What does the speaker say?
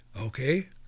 Okay